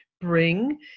bring